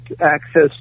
access